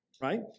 right